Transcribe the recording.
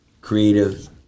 creative